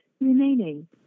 remaining